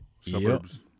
suburbs